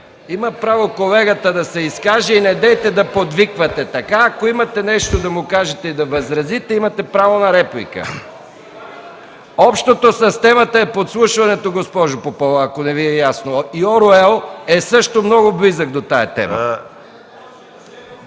има право да се изкаже. Недейте да подвиквате. Ако искате нещо да му кажете или да възразите, имате право на реплика. Общото с темата е подслушването, госпожо Павлова, ако не Ви е ясно. И Оруел е също много близък до тази тема.